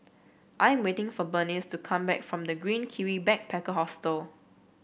I am waiting for Berenice to come back from The Green Kiwi Backpacker Hostel